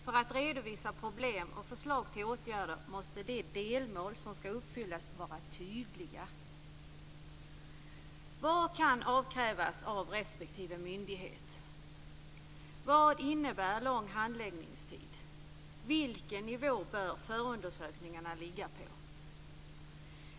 För att redovisa problem och förslag till åtgärder måste de delmål som ska uppfyllas vara tydliga. Vad kan krävas av respektive myndighet? Vad innebär lång handläggningstid? Vilken nivå bör förundersökningarna ligga på?